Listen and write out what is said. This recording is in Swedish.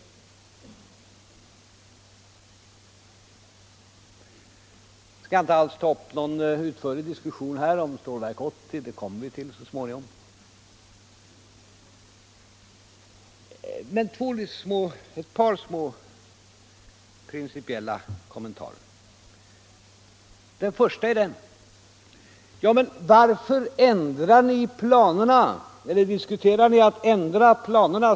Jag skall inte alls här ta upp någon utförlig diskussion om Stålverk 80 —- vi kommer till det så småningom — men jag skall ändå göra ett par små principiella kommentarer. Varför diskuterar ni en ändring av planerna?